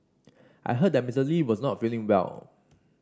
I heard that Mister Lee was not feeling well